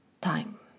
time